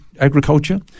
agriculture